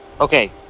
Okay